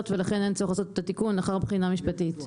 ולכן אין צורך לעשות את התיקון לאחר בחינה משפטית.